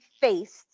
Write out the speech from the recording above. faced